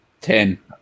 ten